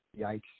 Yikes